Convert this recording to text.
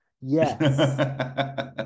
Yes